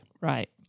Right